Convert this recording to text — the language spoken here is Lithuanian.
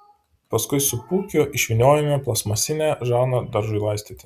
paskui su pūkiu išvyniojame plastmasinę žarną daržui laistyti